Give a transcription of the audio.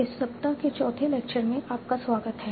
इस सप्ताह के चौथे लेक्चर में आपका स्वागत है